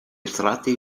estratti